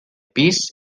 pis